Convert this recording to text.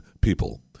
people